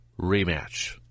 rematch